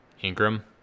Ingram